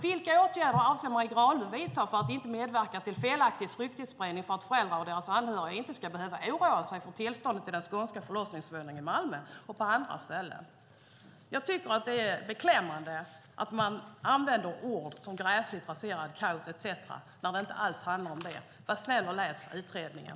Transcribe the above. Vilka åtgärder avser Marie Granlund att vidta för att inte medverka till felaktig ryktesspridning så att föräldrar och deras anhöriga inte ska behöva oroa sig för tillståndet i den skånska förlossningssituationen i Malmö och på andra ställen? Jag tycker att det är beklämmande att man använder ord som gräsligt, kaos etcetera när det inte alls handlar om det. Var snäll och läs utredningen!